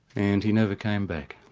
and he never came back.